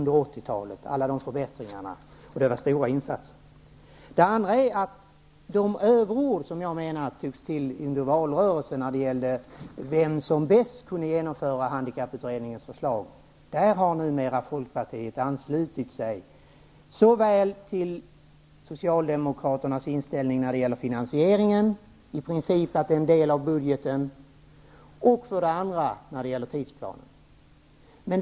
Det var stora insatser. Sedan om de överord som jag tycker togs till under valrörelsen om vem som bäst kunde genomföra handikapputredningens förslag. Där har numera Folkpartiet anslutit sig till Socialdemokraternas inställning till såväl finansieringen i princip som tidsplanen.